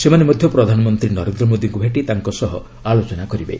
ସେମାନେ ମଧ୍ୟ ପ୍ରଧାନମନ୍ତ୍ରୀ ନରେନ୍ଦ୍ର ମୋଦିଙ୍କୁ ଭେଟି ତାଙ୍କ ସହ ଆଲୋଚନା କରିବେ